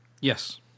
Yes